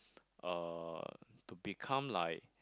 uh to become like